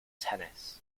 tennis